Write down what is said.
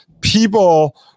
people